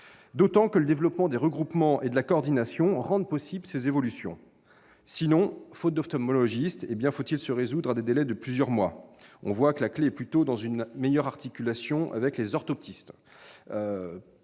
d'autant que le développement des regroupements et de la coordination rend possibles ces évolutions. Sinon, faute d'ophtalmologistes, faut-il se résoudre à des délais de plusieurs mois ? En la matière, on voit bien que la clé est plutôt à chercher dans une meilleure articulation avec les orthoptistes.